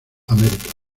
american